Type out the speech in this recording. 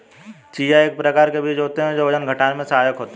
chia एक प्रकार के बीज होते हैं जो वजन घटाने में सहायक होते हैं